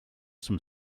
some